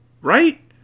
Right